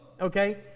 Okay